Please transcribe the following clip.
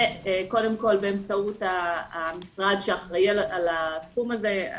קודם כל באמצעות המשרד שאחראי על התחום הזה.